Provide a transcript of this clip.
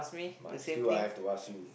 but still I have to ask you